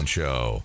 Show